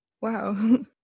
Wow